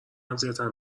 اذیتم